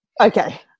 Okay